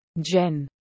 Jen